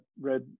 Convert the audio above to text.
read